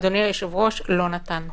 אדוני היושב-ראש, לא נתנו.